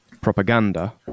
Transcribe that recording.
propaganda